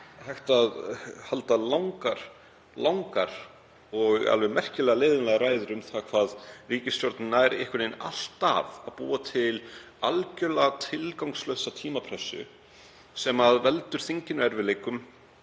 hægt að halda langar og alveg merkilega leiðinlegar ræður um það hvernig ríkisstjórnin nær einhvern veginn alltaf að búa til algerlega tilgangslausa tímapressu sem veldur þinginu erfiðleikum,